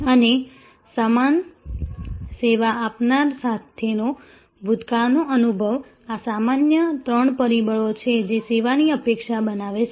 અને સમાન સેવા આપનાર સાથેનો ભૂતકાળનો અનુભવ આ સામાન્ય ત્રણ પરિબળો છે જે સેવાની અપેક્ષા બનાવે છે